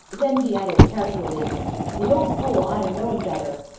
then he added casually the old fool ought-a known better.